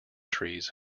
trees